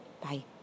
Bye